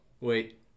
wait